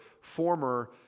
former